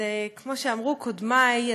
כמו שאמרו קודמיי,